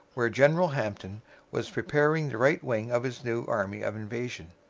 where general hampton was preparing the right wing of his new army of invasion.